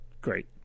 great